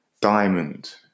diamond